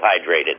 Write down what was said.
hydrated